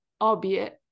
albeit